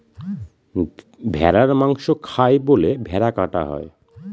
ভেড়ার মাংস খায় বলে ভেড়া কাটা হয়